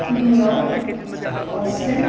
New York Austin